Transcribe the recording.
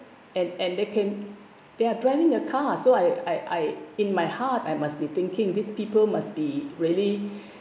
and and they came they are driving a car so I I I in my heart I must be thinking these people must be really